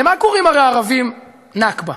למה קוראים הערבים "נכבה"?